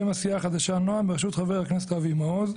שם הסיעה החדשה: "נעם בראשות חבר הכנסת אבי מעוז".